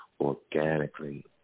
organically